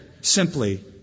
simply